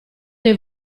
dei